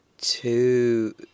two